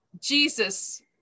jesus